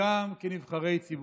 גם כנבחרי ציבור,